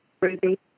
Ruby